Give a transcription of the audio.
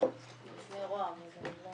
בפני רוה"מ.